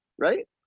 Right